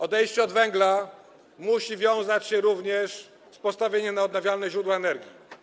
Odejście od węgla musi wiązać się również z postawieniem na odnawialne źródła energii.